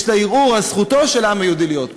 לה ערעור על זכותו של העם היהודי להיות פה.